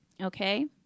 okay